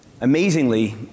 Amazingly